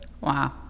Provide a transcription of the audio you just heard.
wow